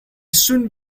soon